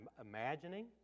imagining